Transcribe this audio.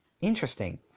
interesting